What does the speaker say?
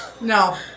No